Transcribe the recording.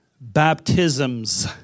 baptisms